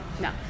No